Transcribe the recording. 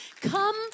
Come